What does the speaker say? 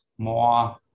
more